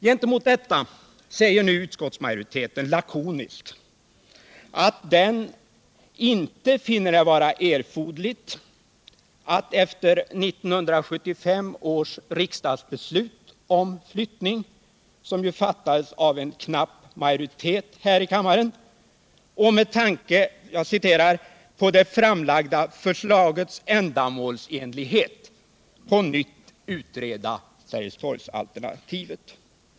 Gentemot detta säger nu utskottsmajoriteten lakoniskt att den inte finner det vara erforderligt att efter 1975 års riksdagsbeslut om flyttning, som ju fattades av en knapp majoritet här i riksdagen, och med tanke på ”det framlagda förslagets ändamålsenlighet på nytt utreda Sergelstorgsalternativet”.